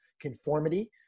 conformity